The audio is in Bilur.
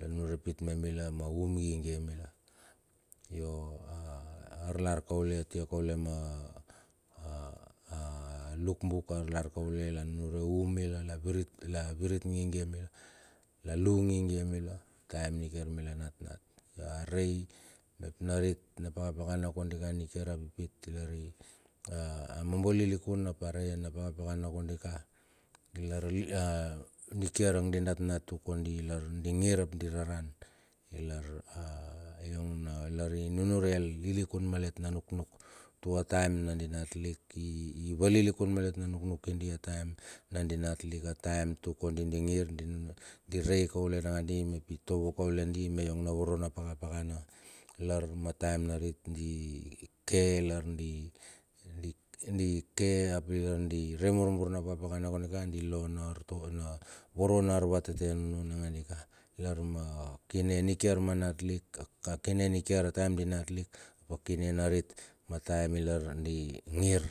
lanunur pit me mila ma um gigie mila alar kaule atia kaule ma luk buk, alar kaule la nunure um mila, la virit gigie mila lalu gigie mila, taem nikiar mila nat, nat a rei mep narit, napaka pakana kondika nikiar a pipit lar a mombo lilikun ap are na pakapakana kondika lar nikiar ang di nat nat tuk kondi di ngir ap di reran. I lar yong na lar i nunure el lilikun malet na nuknuk, tua taem ang di natlik i valilikun malet na nuknuk idi a taem na di natlik a taem tuk kondi di ngir di rei kaule nangadi mep i tovo kaule di me ionga na voro na paka pakana, lar ma taem narit di ke lar di ke ap di re murmur na pakapakana, si lo na artovo na voro na arvateten nangandi ka, lar ma wine nikiar ma natuk. a kine nikiar a taem di natuk, ap ma kine narit ma taem ilar di ngir.